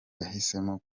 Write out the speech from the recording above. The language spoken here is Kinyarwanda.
yahisemo